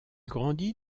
grandit